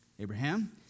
Abraham